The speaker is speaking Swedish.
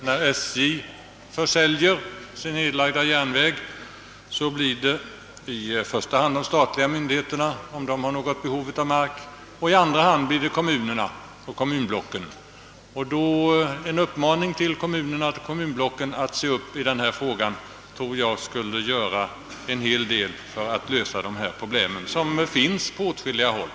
När SJ säljer sina nedlagda järnvägar är det i första hand de statliga myndigheterna som uppträder som köpare, om de har behov av marken, och i andra hand kommunerna och kommunblocken. Om man alltså uppmanar kommunerna och kommunblocken att se upp i denna fråga, tror jag att det skulle betyda en hel del för lösningen av de problem, som i detta avseende finns på många håll.